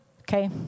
Okay